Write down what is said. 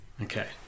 Okay